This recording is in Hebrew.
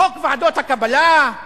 חוק ועדות הקבלה?